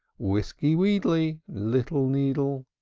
wisky, wheedly, little needle!